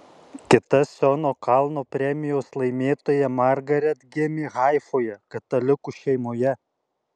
kita siono kalno premijos laimėtoja margaret gimė haifoje katalikų šeimoje